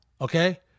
Okay